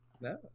no